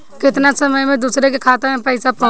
केतना समय मं दूसरे के खाता मे पईसा पहुंच जाई?